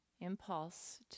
impulse